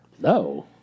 no